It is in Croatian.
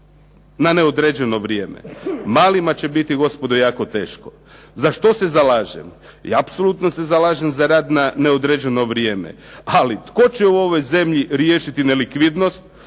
na neodređeno vrijeme. Malima će biti gospodo jako teško. Za što se zalažem? Apsolutno se zalažem za rad na neodređeno vrijeme. Ali tko će u ovoj zemlji riješiti nelikvidnost.